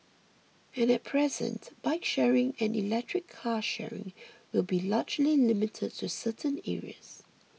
and at present bike sharing and electric car sharing will be largely limited to certain areas